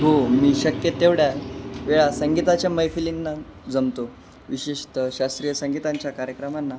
हो मी शक्य तेवढ्यावेळा संगीताच्या मैफिलींना जमतो विशेषत शास्त्रीय संगीतांच्या कार्यक्रमांना